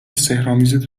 سحرآمیز